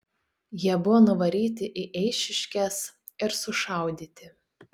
jie buvo nuvaryti į eišiškes ir sušaudyti